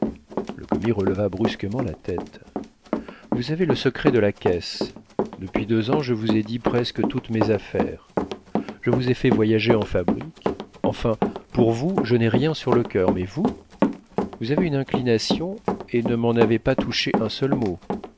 le commis releva brusquement la tête vous avez le secret de la caisse depuis deux ans je vous ai dit presque toutes mes affaires je vous ai fait voyager en fabrique enfin pour vous je n'ai rien sur le coeur mais vous vous avez une inclination et ne m'en avez pas touché un seul mot